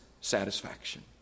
satisfaction